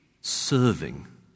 serving